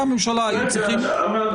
היא אמרה